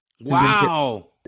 Wow